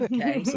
Okay